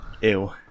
Ew